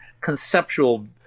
conceptual